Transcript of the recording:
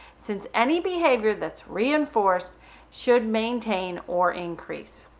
since any behavior that's reinforced should maintain or increase.